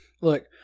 Look